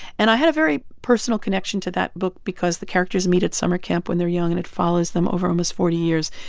and i had a very personal connection to that book because the characters meet at summer camp when they're young, and it follows them over almost forty years.